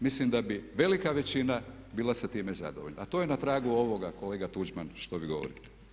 Mislim da bi velika većina bila sa time zadovoljna a to je na tragu ovoga kolega Tuđman što vi govorite.